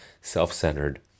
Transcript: self-centered